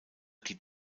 die